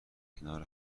کنار